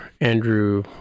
Andrew